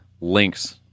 Links